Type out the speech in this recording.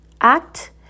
Act